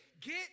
Get